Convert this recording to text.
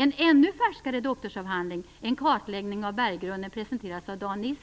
En ännu färskare doktorsavhandling, med en kartläggning av berggrunden, presenterades av Dan